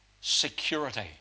security